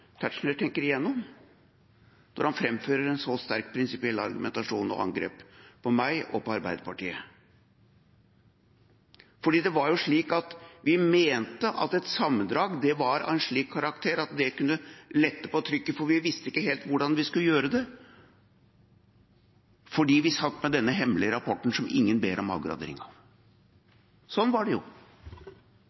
Tetzschner tenker gjennom når han framfører en så sterk prinsipiell argumentasjon og et angrep på meg og på Arbeiderpartiet. Det var slik at vi mente at et sammendrag var av en slik karakter at det kunne lette på trykket, for vi visste ikke helt hvordan vi skulle gjøre det fordi vi satt med denne hemmelige rapporten som ingen ber om avgradering av. Sånn var det.